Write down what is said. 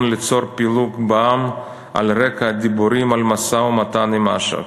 ליצור פילוג בעם על רקע הדיבורים על משא-ומתן עם אש"ף.